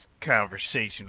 conversation